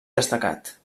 destacat